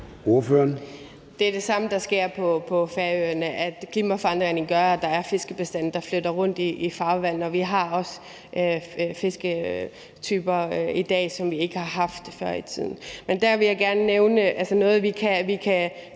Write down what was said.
Det er det samme, der sker på Færøerne, nemlig at klimaforandringerne gør, at der er fiskebestande, der flytter rundt i farvandene. Og vi har også fisketyper i dag, som vi ikke har haft før i tiden. Men der vil jeg altså gerne nævne noget, vi kan